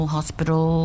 Hospital